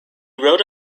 wrote